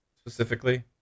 specifically